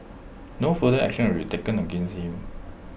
no further action will be taken against him